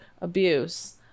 abuse